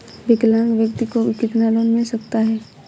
विकलांग व्यक्ति को कितना लोंन मिल सकता है?